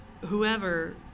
whoever